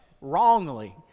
wrongly